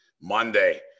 Monday